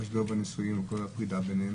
משבר בנישואין וכל הפרידה ביניהם,